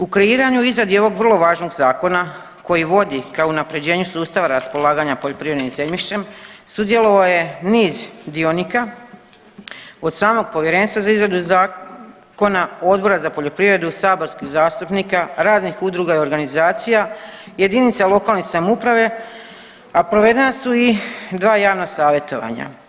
U kreiranju i izradi ovog vrlo važnog zakona koji vodi ka unapređenju sustava raspolaganja poljoprivrednim zemljištem sudjelovalo je niz dionika od samog povjerenstva za izradu zakona, Odbora za poljoprivredu, saborskih zastupnika, raznih udruga i organizacija, jedinica lokalne samouprave, a provedena su i dva javna savjetovanja.